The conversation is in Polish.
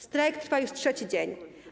Strajk trwa już trzeci dzień.